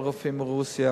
על רופאים מירדן,